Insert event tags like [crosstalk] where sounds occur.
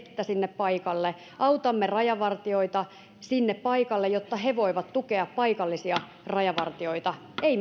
vettä sinne paikalle autamme rajavartioita sinne paikalle jotta he voivat tukea paikallisia rajavartioita ei [unintelligible]